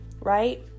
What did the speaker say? right